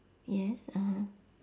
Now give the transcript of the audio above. yes (uh huh)